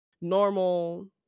normal